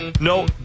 No